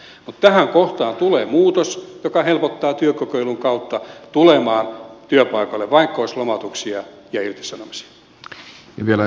mutta tähän kohtaan tulee muutos joka helpottaa työkokeilun kautta tulemista työpaikalle vaikka olisi lomautuksia ja irtisanomisia